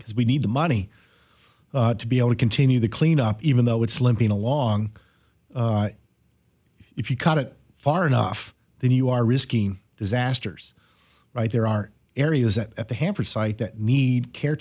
because we need the money to be able to continue the cleanup even though it's limping along if you cut it far enough then you are risking disasters right there are areas that at the hamper site that need care